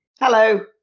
Hello